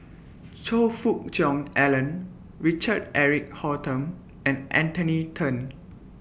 Choe Fook Cheong Alan Richard Eric Holttum and Anthony Then